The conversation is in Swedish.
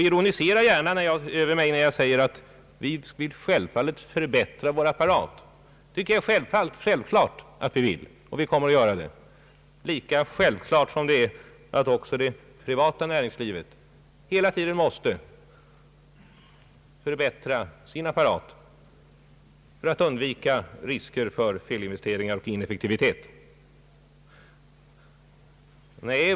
Ironisera gärna över mig när jag säger att vi självklart vill förbättra vår apparat. Lika självklart är det att också det privata näringslivet hela tiden måste förbättra sin apparat för att undvika risker för felinvesteringar och ineffektivitet.